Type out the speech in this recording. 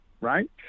Right